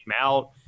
out